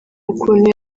ukuntu